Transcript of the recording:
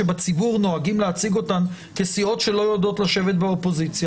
שדווקא בציבור נוהגים להציג אותן כסיעות שלא יודעות לשבת באופוזיציה.